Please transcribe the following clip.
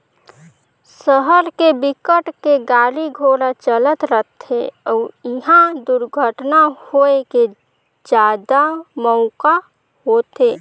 सहर के बिकट के गाड़ी घोड़ा चलत रथे अउ इहा दुरघटना होए के जादा मउका होथे